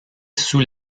sous